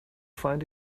find